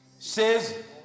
Says